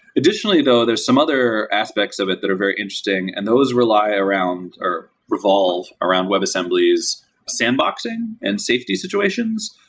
additionally though, there are some other aspects of it that are very interesting, and those rely around or revolve around webassembly's sandboxing and safety situations.